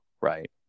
right